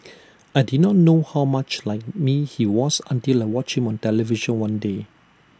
I did not know how much like me he was until like watching on television one day